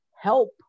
help